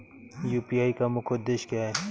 UPI का मुख्य उद्देश्य क्या है?